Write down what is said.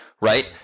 right